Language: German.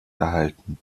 erhalten